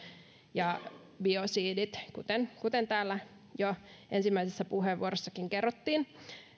ja biosidit kuten täällä jo ensimmäisessä puheenvuorossakin kerrottiin